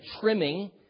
trimming